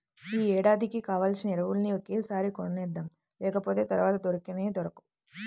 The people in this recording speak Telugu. యీ ఏడాదికి కావాల్సిన ఎరువులన్నీ ఒకేసారి కొనేద్దాం, లేకపోతె తర్వాత దొరకనే దొరకవు